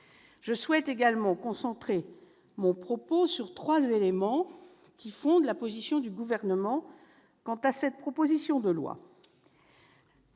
Merci ! Je concentrerai mon propos sur trois éléments qui fondent la position du Gouvernement sur cette proposition de loi.